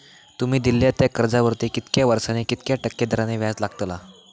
तुमि दिल्यात त्या कर्जावरती कितक्या वर्सानी कितक्या टक्के दराने व्याज लागतला?